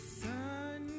sun